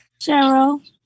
Cheryl